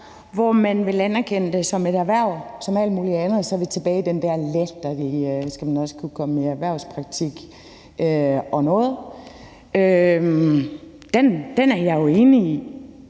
hvor man vil anerkende det som et erhverv som alt muligt andet, og så er vi tilbage til det der latterlige om, om man så også skal kunne komme i erhvervspraktik og sådan noget. Det er jeg uenig i.